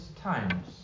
times